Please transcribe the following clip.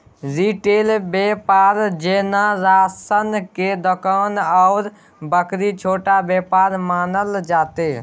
retail बेपार जेना राशनक दोकान आ बेकरी छोट बेपार मानल जेतै